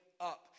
up